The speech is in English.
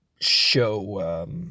show